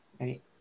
right